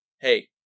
hey